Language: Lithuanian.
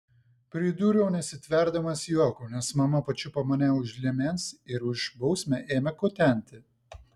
pridūriau nesitverdamas juoku nes mama pačiupo mane už liemens ir už bausmę ėmė kutenti